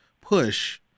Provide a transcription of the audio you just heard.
push